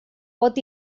pot